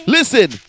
Listen